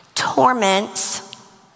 torments